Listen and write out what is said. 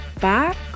back